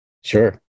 Sure